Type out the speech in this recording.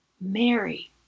Mary